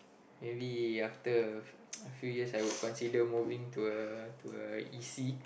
maybe after a a few years I would consider moving to a to a e_c